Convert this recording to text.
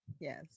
Yes